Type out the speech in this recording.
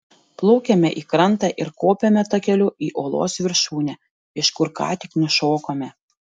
plaukiame į krantą ir kopiame takeliu į uolos viršūnę iš kur ką tik nušokome